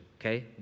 okay